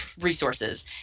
resources